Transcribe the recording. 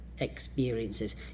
Experiences